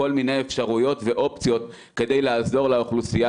כל מיני אפשרויות ואופציות כדי לעזור לאוכלוסייה